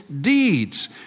deeds